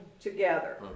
together